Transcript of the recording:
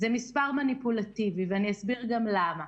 זה מספר מניפולטיבי, ואני אסביר גם למה.